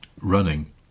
running